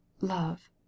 Love